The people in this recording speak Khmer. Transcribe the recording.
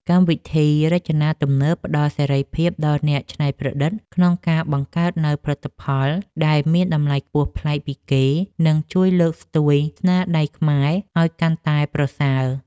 កម្មវិធីរចនាទំនើបផ្តល់សេរីភាពដល់អ្នកច្នៃប្រឌិតក្នុងការបង្កើតនូវផលិតផលដែលមានតម្លៃខ្ពស់ប្លែកពីគេ និង ជួយលើកស្ទួយស្នាដៃខ្មែរឱ្យកាន់តែប្រសើរ។